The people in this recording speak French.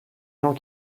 gens